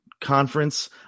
conference